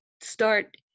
start